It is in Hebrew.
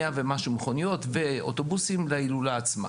כ-100 ומשהו מכוניות ואוטובוסים להילולה עצמה.